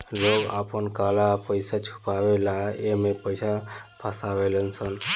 लोग आपन काला पइसा छुपावे ला एमे पइसा फसावेलन